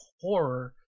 horror